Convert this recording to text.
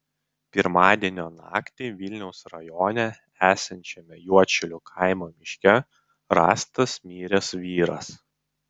pirmadienio naktį vilniaus rajone esančiame juodšilių kaimo miške rastas miręs vyras